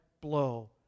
blow